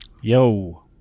Yo